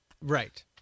Right